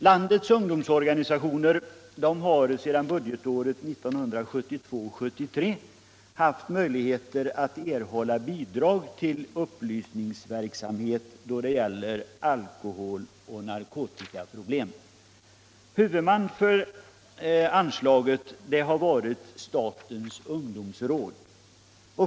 Landets ungdomsorganisationer har sedan budgetåret 1972/73 haft möjligheter att erhålla bidrag till upplysningsverksamhet då det gäller Huvudman för anslaget har varit statens ungdomsråd.